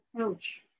ouch